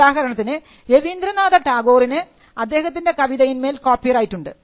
ഉദാഹരണത്തിന് രവീന്ദ്രനാഥ ടാഗോറിന് അദ്ദേഹത്തിൻറെ കവിതയിന്മേൽ കോപ്പിറൈറ്റ് ഉണ്ട്